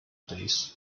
days